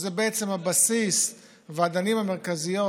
שהיא בעצם הבסיס ואחת האדנים המרכזיות